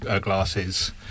glasses